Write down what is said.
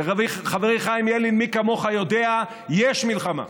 וחברי חיים ילין, מי כמוך יודע, יש מלחמה.